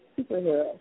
superhero